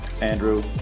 Andrew